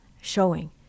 showing